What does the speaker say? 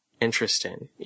Interesting